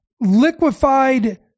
liquefied